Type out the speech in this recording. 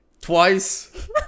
Twice